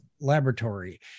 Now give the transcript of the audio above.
Laboratory